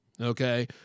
Okay